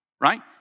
right